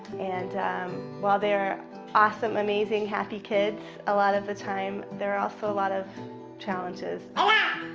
and while they are awesome, amazing happy kids a lot of the time they're also a lot of challenges ahh,